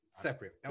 Separate